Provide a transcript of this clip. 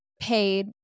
paid